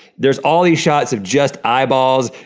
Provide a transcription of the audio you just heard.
there's all these shots of just eyeballs.